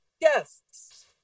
guests